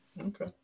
Okay